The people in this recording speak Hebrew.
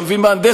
אתה מביא מהנדס,